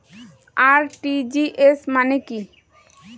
RTGS মানে কি?